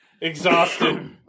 exhausted